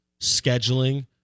scheduling